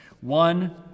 one